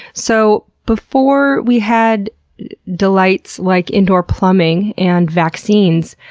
so before we had delights like indoor plumbing and vaccines,